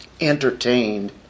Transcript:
entertained